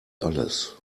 alles